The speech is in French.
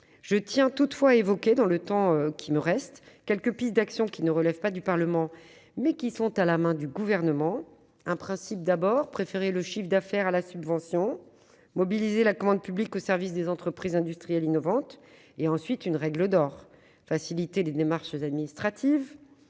Je tiens à évoquer, dans le temps qui me reste, quelques pistes d'action qui ne relèvent pas du Parlement, mais qui sont à la main du Gouvernement. Un principe, d'abord : préférer le chiffre d'affaires aux subventions, en mobilisant la commande publique au service des entreprises industrielles innovantes. Une règle d'or, ensuite : faciliter les démarches administratives